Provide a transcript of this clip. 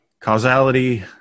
Causality